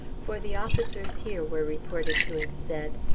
for the officers here were reported to have said,